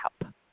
help